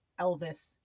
Elvis